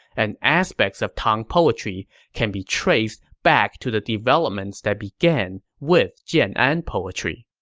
and aspects of tang poetry can be traced back to the developments that began with jian'an and poetry